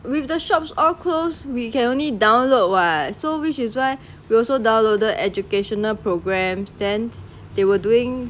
with the shops all closed we can only download [what] so which is why we also downloaded educational programs then they were doing